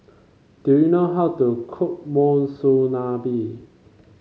do you know how to cook Monsunabe